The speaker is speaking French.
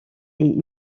est